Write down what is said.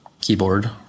Keyboard